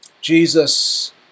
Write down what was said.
Jesus